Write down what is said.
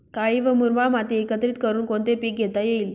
काळी व मुरमाड माती एकत्रित करुन कोणते पीक घेता येईल का?